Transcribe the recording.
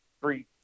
three